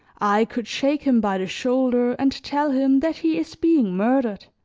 i could shake him by the shoulder and tell him that he is being murdered,